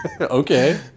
Okay